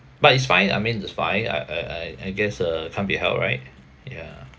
but it's fine I mean it's fine ah uh I I guess uh can't be helped right ya